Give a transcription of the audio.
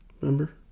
remember